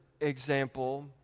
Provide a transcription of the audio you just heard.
example